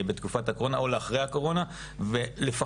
בתקופת הקורונה או לאחרי הקורונה ולפחות,